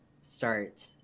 start